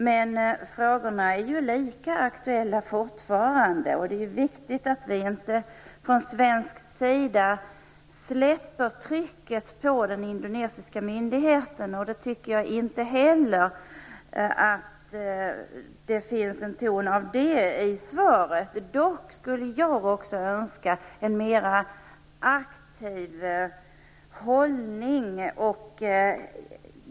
Men frågorna är ju lika aktuella fortfarande, och det är viktigt att vi från svensk sida inte släpper trycket på den indonesiska myndigheten. Jag skulle önska en mer aktiv hållning.